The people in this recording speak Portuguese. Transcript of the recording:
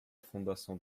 fundação